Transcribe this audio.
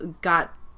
got